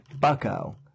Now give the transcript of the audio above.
Bucko